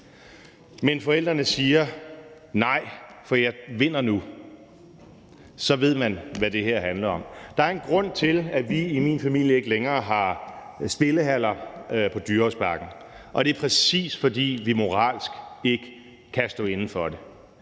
men forældrene siger nej, for jeg vinder nu, så ved man, hvad det her handler om. Der er en grund til, at vi i min familie ikke længere har spillehaller på Dyrehavsbakken, og det er præcis, fordi vi moralsk ikke kan stå inde for det.